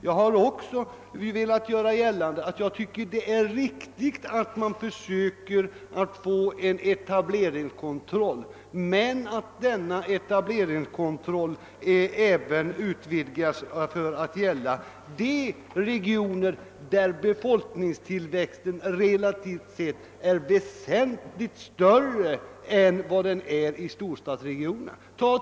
Jag har också velat göra gällande att det är riktigt att få en etableringskontroll, men att denna etableringskontroll även bör utvidgas till: att gälla de regioner där befolkningstillväxten relativt sett är väsentligt större än vad den är i storstadsregionerna.